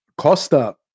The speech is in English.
Costa